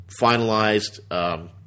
finalized